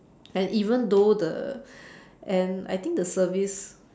and even though the and I think the service